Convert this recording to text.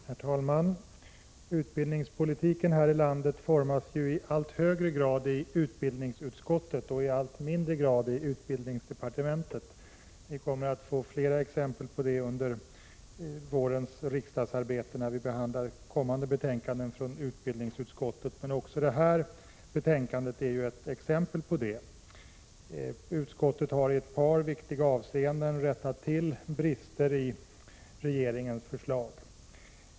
Herr talman! Utbildningspolitiken här i landet formas i allt högre grad i utbildningsutskottet och i allt mindre grad i utbildningsdepartementet. Vi kommer att få fler exempel på det under vårens riksdagsarbete, när vi behandlar kommande betänkanden från utbildningsutskottet. Men också detta betänkande är ett exempel på det. Utskottet har i ett par viktiga avseenden rättat till brister i regeringens förslag.